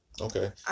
okay